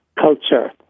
culture